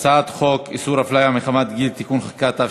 הצעת חוק איסור הפליה מחמת גיל (תיקוני חקיקה),